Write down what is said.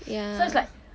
ya